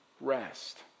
rest